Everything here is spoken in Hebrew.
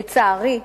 לצערי,